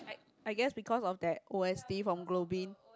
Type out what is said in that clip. I guess because of that o_s_t from Globin